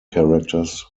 characters